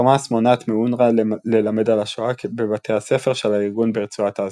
חמאס מונעת מאונר"א ללמד על השואה בבתי הספר של הארגון ברצועת עזה.